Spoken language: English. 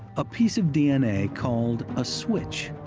a piece of d n a. called a switch.